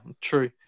true